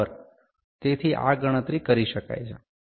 તેથી આ ગણતરી કરી શકાય છે